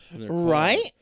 Right